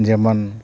ᱡᱮᱢᱚᱱ